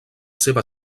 seva